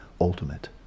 ultimate